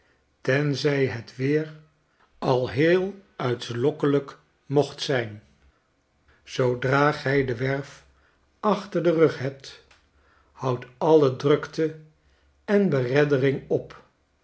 tenzij het weeral heel uitlokkehjk mocht zijn zoodra gij de werf achter den rug hebt houdt alle drukte en bereddering op